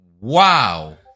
Wow